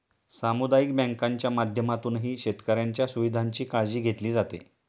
सामुदायिक बँकांच्या माध्यमातूनही शेतकऱ्यांच्या सुविधांची काळजी घेतली जाते